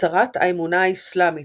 הצהרת האמונה האיסלמית,